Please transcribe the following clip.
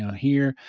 ah here,